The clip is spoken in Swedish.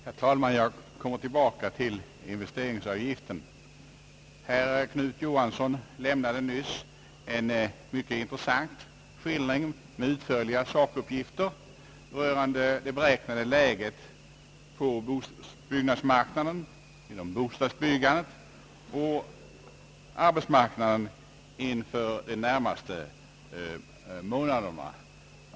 Herr talman! Jag kommer tillbaka till investeringsavgiften. Herr Knut Johansson lämnade nyss en mycket intressant skildring med utförliga sakuppgifter av det beräknade läget på byggnadsmarknaden inför de närmaste månaderna.